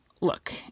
look